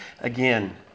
again